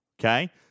okay